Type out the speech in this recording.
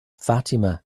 fatima